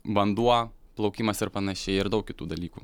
vanduo plaukimas ir panašiai ir daug kitų dalykų